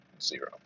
Zero